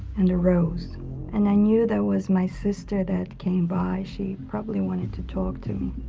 and a rose and i knew that was my sister that came by she probably wanted to talk to me